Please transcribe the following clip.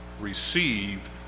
receive